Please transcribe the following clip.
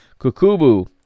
Kukubu